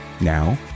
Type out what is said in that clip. Now